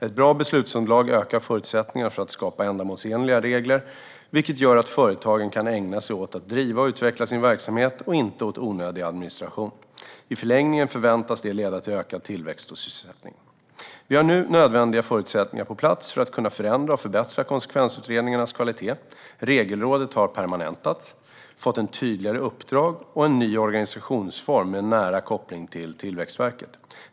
Ett bra beslutsunderlag ökar förutsättningarna för att skapa ändamålsenliga regler, vilket gör att företagen kan ägna sig åt att driva och utveckla sin verksamhet och inte åt onödig administration. I förlängningen förväntas det leda till ökad tillväxt och sysselsättning. Vi har nu nödvändiga förutsättningar på plats för att kunna förändra och förbättra konsekvensutredningarnas kvalitet. Regelrådet har permanentats, fått ett tydligare uppdrag och en ny organisationsform med nära koppling till Tillväxtverket.